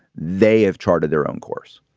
they have chartered their own course.